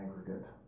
aggregate